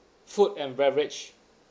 food and beverage